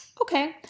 okay